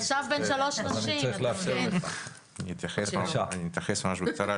אני אתייחס בקצרה.